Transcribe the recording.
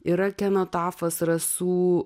yra kenotafas rasų